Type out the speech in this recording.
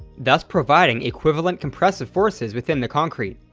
thus providing equivalent compressive forces within the concrete.